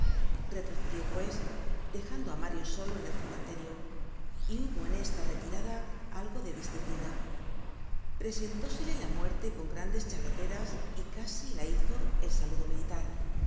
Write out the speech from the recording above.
retrocedió pues dejando á mario solo en el cementerio y hubo en esta retirada algo de disciplina presentósele la muerte con grandes charreteras y casi la hizo el saludo militar